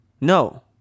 No